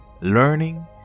learning